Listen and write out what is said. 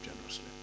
generously